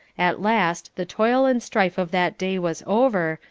at last the toil and strife of that day was over,